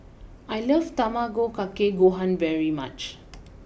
I love Tamago Kake Gohan very much